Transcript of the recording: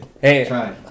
Hey